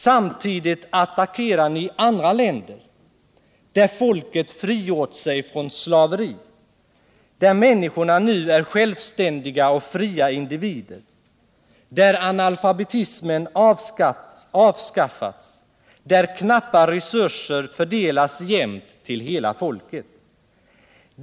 Samtidigt attackerar ni andra länder där folket frigjort sig från slaveri, där människorna nu är självständiga och fria individer, där analfabetismen avskaffats, där knappa resurser fördelas jämnt till hela folket.